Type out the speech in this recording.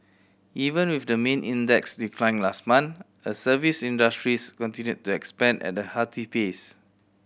even with the main index's decline last month a service industries continued to expand at a hearty pace